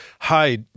Hi